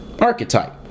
archetype